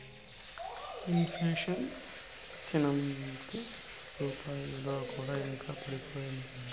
in ప్లేషన్ వచ్చినంకే రూపాయి ఇలువ కూడా ఇంకా పడిపాయే